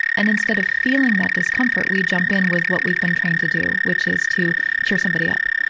and instead of feeling that discomfort, we jump in with what we've been trained to do, which is to cheer somebody up.